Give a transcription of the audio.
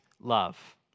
love